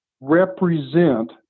represent